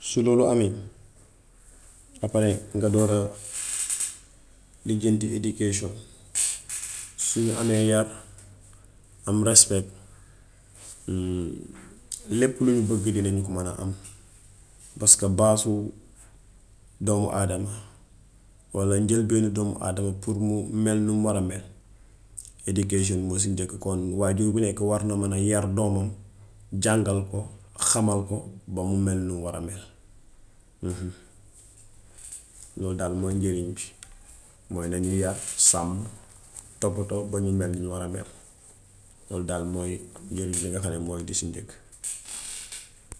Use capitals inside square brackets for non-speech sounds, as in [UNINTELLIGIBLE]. su loolu amee aparee nga door a [NOISE] lijjanti education. Su ñu amee yar am respect. [HESITATION] Lépp lu ñu bëgg dinañ ko mën a am paska baasu doomu aadama wallañ jël benn doomu aadama pour mu mel num war a mel education moo ci njëkk. Kon waajur wu nekk war na man a yar doomam jàngal ko, xamal ko ba mu mel nim war a mel. [UNINTELLIGIBLE] Lool daal mooy njariñ bi. Mooy na ñiy yar, sàmm toppatoo ba ñu mel niñ war a mel. Lool daal mooy njariñ bi nga xam ne moo si njëkk. [NOISE]